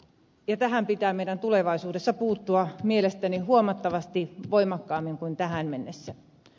tähän pitää meidän tulevaisuudessa puuttua mielestäni huomattavasti voimakkaammin kuin tähän mennessä